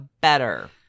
better